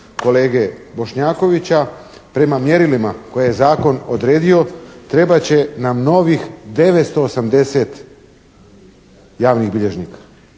kolege Bošnjakovića. Prema mjerilima koje je zakon odredio trebat će nam novih 980 javnih bilježnika.